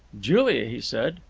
julia, he said,